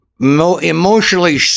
emotionally